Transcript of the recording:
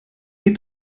est